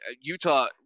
Utah